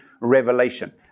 revelation